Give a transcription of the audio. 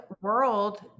World